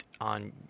on